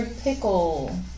Pickle